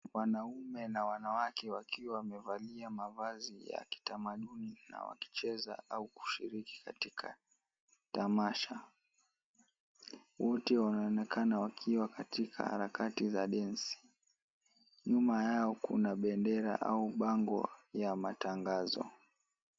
Wanaume na wanawake wakiwa wamevalia mavazi ya kitamaduni na wakicheza au kushiriki katika tamasha. Wote wanaonekana wakiwa katika harakati za densi. Nyuma yao kuna bendera au bango ya matangazo.